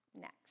next